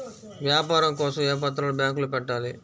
వ్యాపారం కోసం ఏ పత్రాలు బ్యాంక్లో పెట్టాలి?